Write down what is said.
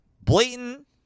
Blatant